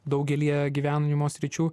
daugelyje gyvenimo sričių